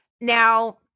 Now